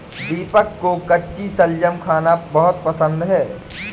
दीपक को कच्ची शलजम खाना बहुत पसंद है